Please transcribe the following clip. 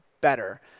better